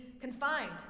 confined